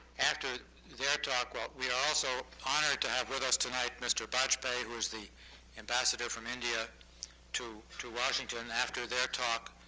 after their talk, we are also honored to have with us tonight mr. bajpai, who is the ambassador from india to to washington. after their talk,